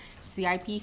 CIP